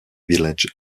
village